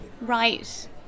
Right